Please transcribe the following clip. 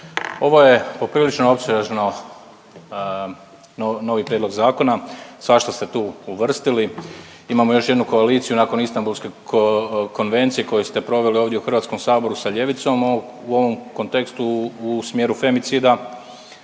ovo je poprilično opsežno, novi prijedlog zakona, svašta ste tu uvrstili. Imamo još jednu koaliciju nakon Istambulske konvencije koju ste proveli ovdje u HS sa ljevicom u ovom kontekstu u smjeru femicida